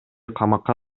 камакка